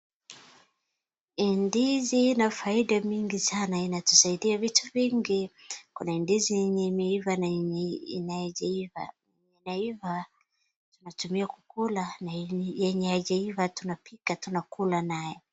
Hii ndizi inafaida mingi sana na inatusaidia vitu vingi sana. Kuna ndizi yenye imeiva na yenye haijaiva. Yenye imeiva tunatumia kukula na yenye haijaiva tunapika tunakula naye.